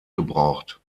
gebraucht